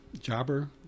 jobber